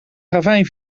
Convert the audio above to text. ravijn